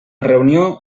reunió